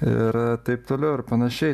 ir taip toliau ir panašiai